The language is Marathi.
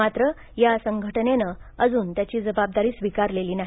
मात्र यासंघटनेनं अजून त्याची जबाबदारी स्वीकारलेली नाही